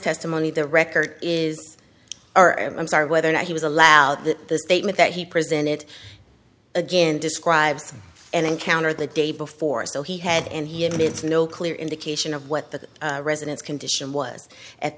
testimony the record is r m i'm sorry whether or not he was allowed that the statement that he prison it again describes an encounter the day before so he had and he admits no clear indication of what the residence condition was at